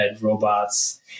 robots